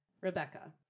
Rebecca